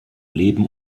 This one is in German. leben